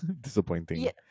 disappointing